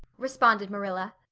responded marilla.